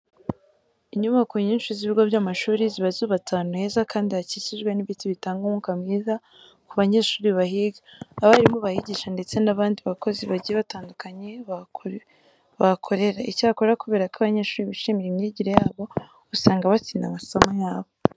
Inyubako nyinshi z'ibigo by'amashuri ziba zubatse ahantu heza kandi hakikijwe n'ibiti bitanga umwuka mwiza ku banyeshuri bahiga, abarimu bahigisha ndetse n'abandi bakozi bagiye batandukanye bahakorera. Icyakora kubera ko abanyeshuri bishimira imyigire yabo, usanga batsinda amasomo yabo.